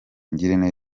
ngirente